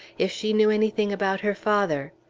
if she knew anything about her father.